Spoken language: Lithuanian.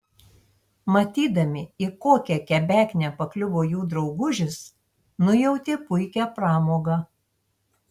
matydami į kokią kebeknę pakliuvo jų draugužis nujautė puikią pramogą